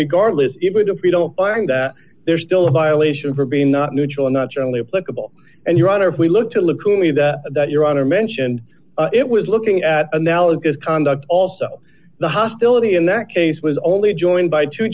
regardless even if we don't find that there's still a violation for being not neutral or not generally applicable and your honor if we look to look to me that that your honor mentioned it was looking at analogous conduct also the hostility in that case was only joined by two